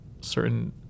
certain